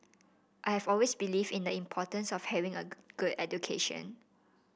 I have always believed in the importance of having a good education